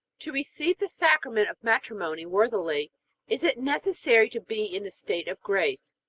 to receive the sacrament of matrimony worthily is it necessary to be in the state of grace?